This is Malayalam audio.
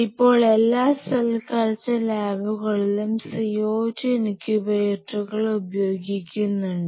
ഇപ്പോൾ എല്ലാ സെൽ കൾച്ചർ ലാബുകളിലും CO2 ഇൻക്യുബേറ്ററുകൾ ഉപയോഗിക്കുന്നുണ്ട്